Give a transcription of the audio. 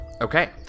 Okay